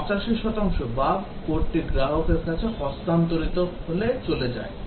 85 শতাংশ বাগ কোডটি গ্রাহকের কাছে হস্তান্তরিত হলে চলে যায়